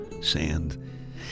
sand